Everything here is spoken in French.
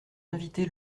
invités